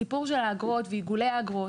הסיפור של האגרות ועיגולי האגרות,